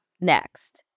next